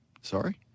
sorry